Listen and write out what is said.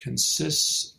consists